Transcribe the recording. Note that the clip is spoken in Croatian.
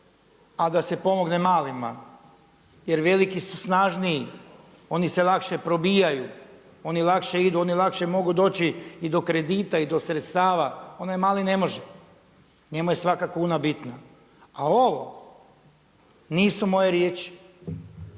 a da se pomogne malima jer veliki su snažniji, oni se lakše probijaju, oni lakše idu, oni lakše mogu doći i do kredita i do sredstava. Onaj mali ne može, njemu je svaka kuna bitna. A ovo nisu moje riječi